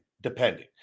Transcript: depending